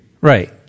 Right